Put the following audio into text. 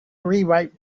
rewrite